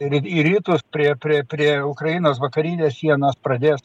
ir į rytus prie prie prie ukrainos vakarinės sienos pradės